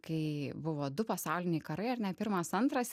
kai buvo du pasauliniai karai ar ne pirmas antras